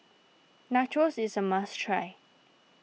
Nachos is a must try